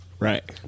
Right